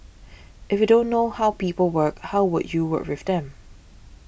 if you don't know how people work how will you work with them